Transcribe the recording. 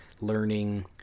learning